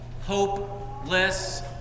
hopeless